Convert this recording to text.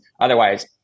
Otherwise